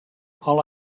all